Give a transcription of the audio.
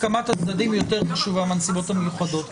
הסכמת הצדדים יותר חשובה מהנסיבות המיוחדות,